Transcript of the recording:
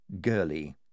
girly